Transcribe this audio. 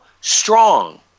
strong